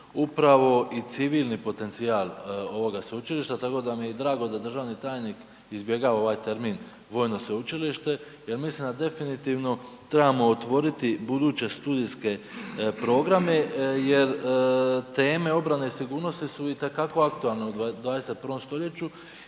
upravo i civilni potencijal ovoga Sveučilišta, tako da mi je drago da državni tajnik izbjegava ovaj termin „vojno sveučilište“ jer mislim da definitivno trebamo otvoriti buduće studijske programe jer teme obrane i sigurnosti su itekako aktualne u 21. st.